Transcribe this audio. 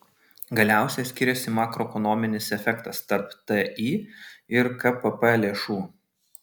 galiausiai skiriasi makroekonominis efektas tarp ti ir kpp lėšų